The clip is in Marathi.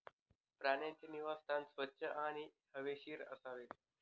प्राण्यांचे निवासस्थान स्वच्छ आणि हवेशीर असावे